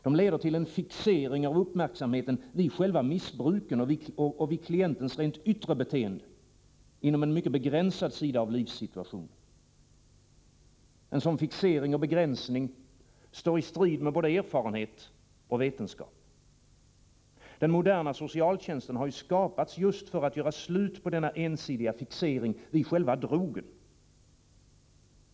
De leder till en fixering av uppmärksamheten vid själva missbruket och vid klientens rent yttre beteende inom en mycket begränsad sida av livssituationen. En sådan fixering och begränsning står i strid med både erfarenhet och vetenskap. Den moderna socialtjänsten har skapats just för att göra slut på denna ensidiga fixering vid själva drogen.